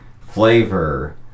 flavor